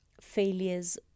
failures